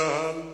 צה"ל